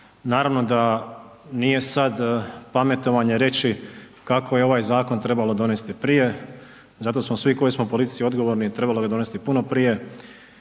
Naravno da nije sad pametovanje reći kako je ovaj zakon trebalo donesti prije zato smo svi koji smo politički odgovorni trebalo bi donesti puno prije